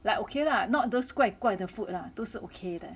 like okay lah not those 怪怪的 food lah 都是 okay 的